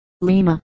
Lima